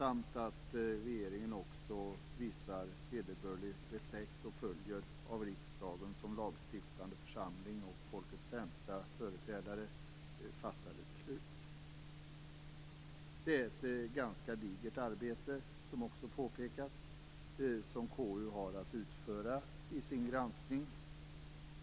Det är också en granskning av att regeringen visar vederbörlig respekt och följer av riksdagen, som lagstiftande församling och folkets främsta företrädare, fattade beslut. Det är ett ganska digert arbete som KU har att utföra i sin granskning.